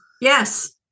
yes